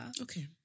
Okay